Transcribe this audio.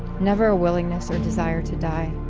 never willingness or desire to die,